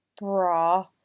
bra